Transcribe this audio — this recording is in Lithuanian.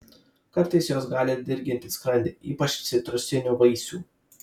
kartais jos gali dirginti skrandį ypač citrusinių vaisių